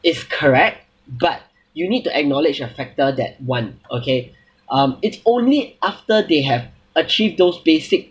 is correct but you need to acknowledge a factor that one okay um it's only after they have achieve those basic